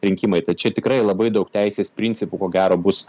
rinkimai tai čia tikrai labai daug teisės principų ko gero bus